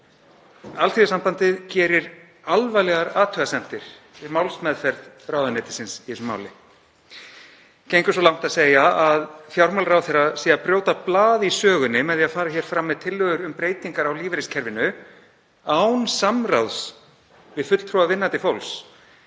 Alþýðusambandið gerir alvarlegar athugasemdir við málsmeðferð ráðuneytisins í þessu máli. Það gengur svo langt að segja að fjármálaráðherra sé að brjóta blað í sögunni með því að fara fram með tillögur um breytingar á lífeyriskerfinu án samráðs við fulltrúa vinnandi fólks,